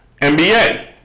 NBA